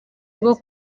rwo